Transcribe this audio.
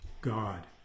God